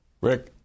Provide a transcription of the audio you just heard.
Rick